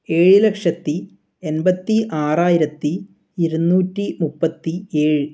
ഏഴ് ലക്ഷത്തി എൺപത്തി ആറായിരത്തി ഇരുന്നൂറ്റി മുപ്പത്തി ഏഴ്